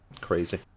crazy